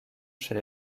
chez